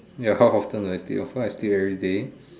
ya how often do I sleep of course I sleep everyday